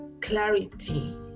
clarity